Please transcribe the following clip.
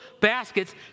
baskets